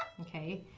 okay,